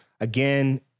again